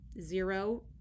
zero